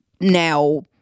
Now